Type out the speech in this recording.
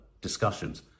discussions